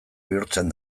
bihurtzen